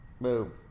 Boom